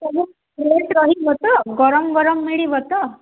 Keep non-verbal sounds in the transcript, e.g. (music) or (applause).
ସବୁ (unintelligible) ରହିବ ତ ଗରମ ଗରମ ମିଳିବ ତ